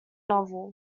novel